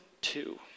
two